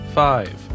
five